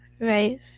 Right